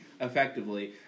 effectively